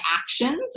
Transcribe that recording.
actions